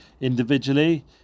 individually